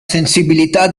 sensibilità